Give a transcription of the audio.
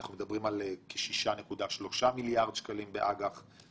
אנחנו מדברים על כ-6.3 מיליארד שקלים באג"ח.